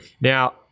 Now